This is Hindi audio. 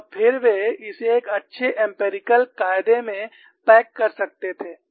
और फिर वे इसे एक अच्छे एम्पिरिकल कायदे में पैक कर सकते थे